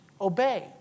Obey